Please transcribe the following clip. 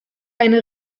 eine